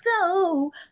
go